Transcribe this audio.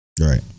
Right